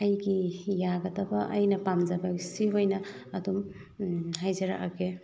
ꯑꯩꯒꯤ ꯌꯥꯒꯗꯕ ꯑꯩꯅ ꯄꯥꯝꯖꯕ ꯁꯤ ꯑꯣꯏꯅ ꯑꯗꯨꯝ ꯍꯥꯏꯖꯔꯛꯑꯒꯦ